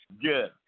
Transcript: Good